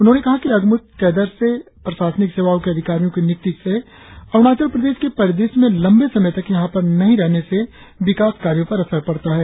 उन्होंने कहा कि अगमूट कैडर से प्रशासनिक सेवाओं के अधिकारियों की नियुक्ती से अरुणाचल प्रदेश के परिदृश्य में लंबे समय तक यहा पर नही रहने से विकास कार्यों पर असर पढ़ता है